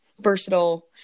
versatile